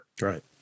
Right